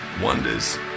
wonders